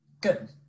Good